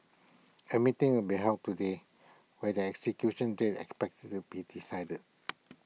A meeting will be held today where their execution date expected to be decided